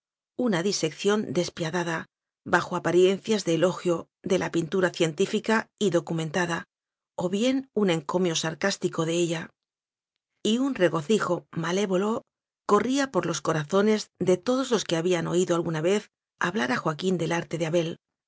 una di sección despiadada bajo apariencias de elo gio de la pintura científica y documentada o bien un encomio sarcástico de ella y un regocijo malévolo corría por los corazones de todos los que habían oído alguna vez hablar a joaquín del arte de abel